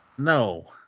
No